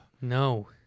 no